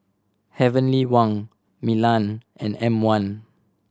Heavenly Wang Milan and M One